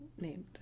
named